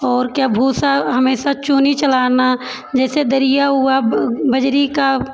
और क्या भूसा हमेशा चूनी चलाना जैसे दरिया हुआ बजरी का